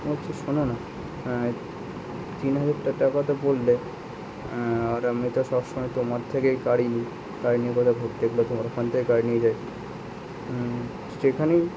বলছি শোনো না তিন হাজার টাকা তো বললে আর আমরা তো সবসময় তোমার থেকেই গাড়ি নিই প্রায় নিজেরা ঘুরতে গেলে তোমার ওখান থেকেই গাড়ি নিয়ে যাই যেখানেই